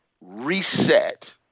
reset